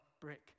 brick